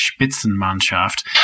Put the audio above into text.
Spitzenmannschaft